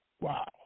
Wow